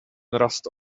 rust